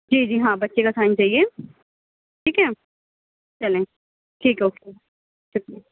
جی جی ہاں بچے کا سائن چاہیے ٹھیک ہے چلیں ٹھیک ہے اوکے شُکریہ